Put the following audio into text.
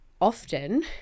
often